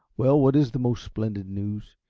well, what is the most splendid news?